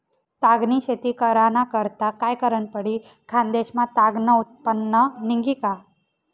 ताग नी शेती कराना करता काय करनं पडी? खान्देश मा ताग नं उत्पन्न निंघी का